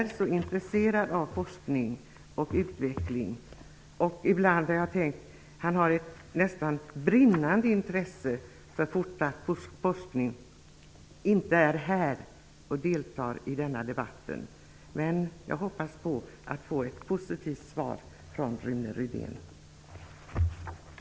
Han är så intresserad av forskning och utveckling att jag ibland har tänkt: Han har ett nästan brinnande intresse för forskning. Men jag hoppas att få ett positivt svar från Rune Rydén i stället.